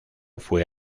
fue